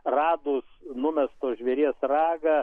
radus numesto žvėries ragą